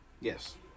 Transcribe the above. Yes